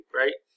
right